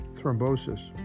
thrombosis